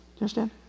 understand